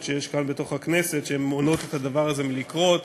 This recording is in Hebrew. שיש כאן בתוך הכנסת שמונעות מהדבר הזה לקרות.